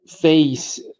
face